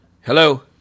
Hello